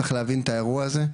צריך להבין את האירוע הזה,